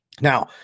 Now